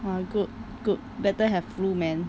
!wah! good good better have flu man